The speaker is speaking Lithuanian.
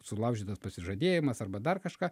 sulaužytas pasižadėjimas arba dar kažką